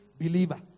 believer